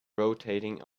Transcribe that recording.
rotating